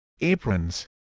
Aprons